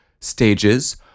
stages